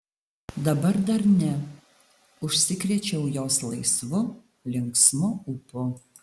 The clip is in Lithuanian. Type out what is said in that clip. dabar dar ne užsikrėčiau jos laisvu linksmu ūpu